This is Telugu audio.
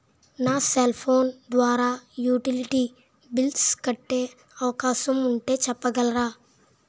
నా సెల్ ఫోన్ ద్వారా యుటిలిటీ బిల్ల్స్ కట్టే అవకాశం ఉంటే చెప్పగలరా?